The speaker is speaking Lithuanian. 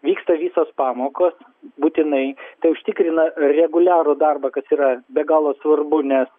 vyksta visos pamokos būtinai tai užtikrina reguliarų darbą kas yra be galo svarbu nes